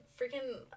freaking